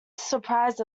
surprised